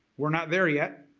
we're not there yet.